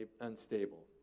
unstable